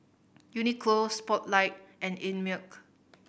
Uniqlo Spotlight and Einmilk